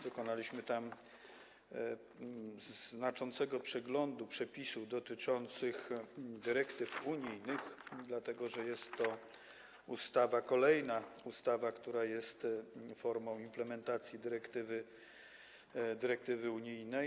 Dokonaliśmy znaczącego przeglądu przepisów dotyczących dyrektyw unijnych, dlatego że jest to kolejna ustawa, która jest formą implementacji dyrektywy unijnej.